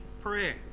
prayer